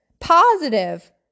positive